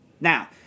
Now